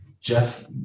Jeff